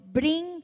bring